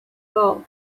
gold